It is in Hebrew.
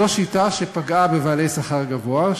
זו שיטה שפגעה בבעלי שכר גבוה,